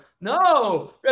No